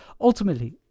Ultimately